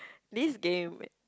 this game